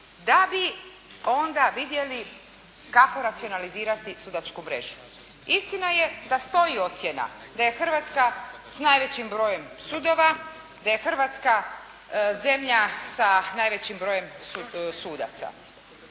da bi onda vidjeli kako racionalizirati sudačku mrežu. Istina je da stoji ocjena da je Hrvatska s najvećim brojem sudova, da je Hrvatska zemlja sa najvećim sudaca.